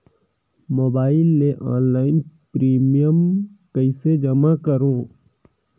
Mobile ले online premium कइसे जमा करों?